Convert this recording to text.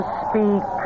speak